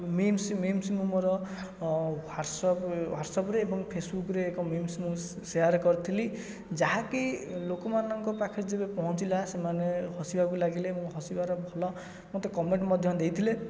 means means ମୁଁ ମୋର ଅଁ ହ୍ଵାଟଶାପ୍ ହ୍ଵାଟଶାପରେ ଏବଂ ଫେସେବୁକରେ ଏକ ମିମ୍ସ ମୁଁ ସେୟାର କରିଥିଲି ଯାହାକି ଲୋକମାନଙ୍କ ପାଖରେ ଯେବେ ପହଁଞ୍ଚିଲା ସେମାନେ ହସିବାକୁ ଲାଗିଲେ ଏବଂ ହସିବାରେ ଭଲ ମୋତେ କମେଣ୍ଟ ମଧ୍ୟ ଦେଇଥିଲେ